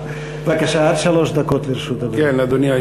בבקשה, עד שלוש דקות לרשות אדוני.